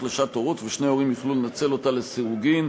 לשעת הורות ושני ההורים יוכלו לנצל אותה לסירוגין,